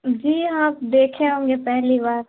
جی آپ دیکھے ہوں گے پہلی بار